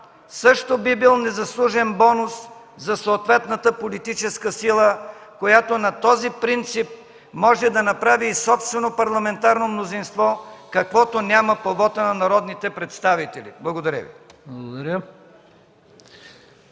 също би бил незаслужен бонус за съответната политическа сила, която на този принцип може да направи и собствено парламентарно мнозинство, каквото няма по вота за народните представители. Благодаря.